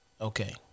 Okay